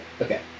Okay